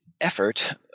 effort